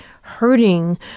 hurting